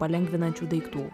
palengvinančių daiktų